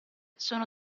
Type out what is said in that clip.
sono